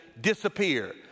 disappear